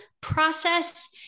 process